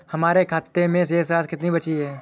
हमारे खाते में शेष राशि कितनी बची है?